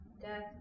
death